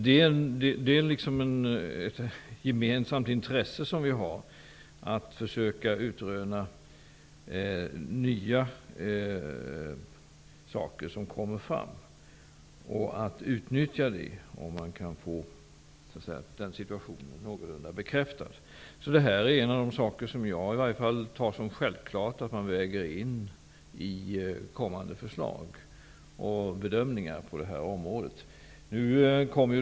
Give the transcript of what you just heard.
Det är liksom ett gemensamt intresse vi har, att försöka utröna nya saker som kommer fram och att utnyttja dem om man kan få situationen någorlunda bekräftad. Det här är en av de saker som i varje fall jag tar för givet att man väger in i kommande förslag och bedömningar på det här området.